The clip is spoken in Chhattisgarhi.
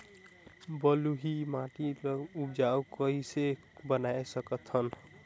बलुही माटी ल उपजाऊ कइसे बनाय सकत हन?